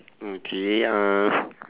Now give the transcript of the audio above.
okay uh